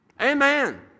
Amen